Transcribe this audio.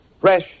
fresh